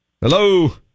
Hello